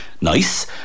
nice